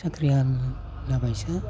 साख्रियाल जाबासो